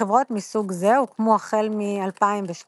חברות מסוג זה הוקמו החל מ־2002,